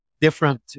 different